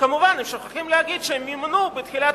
מובן שהם שוכחים להגיד שהם מימנו בתחילת